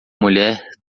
mulher